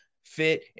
fit